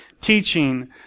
teaching